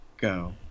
go